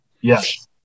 Yes